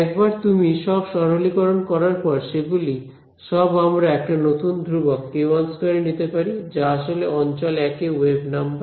একবার তুমি সব সরলীকরণ করার পর সেগুলি সব আমরা একটা নতুন ধ্রুবক k12 এ নিতে পারি যা আসলে অঞ্চল 1 এ ওয়েভ নাম্বার